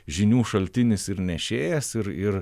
žinių šaltinis ir nešėjas ir ir